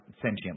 sentient